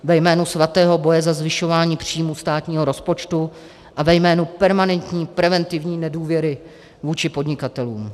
Ve jménu svatého boje za zvyšování příjmů státního rozpočtu a ve jménu permanentní preventivní nedůvěry vůči podnikatelům.